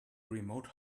remote